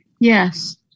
Yes